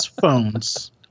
phones